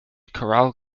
chorale